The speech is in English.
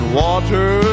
water